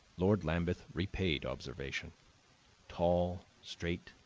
lord lambeth repaid observation tall, straight,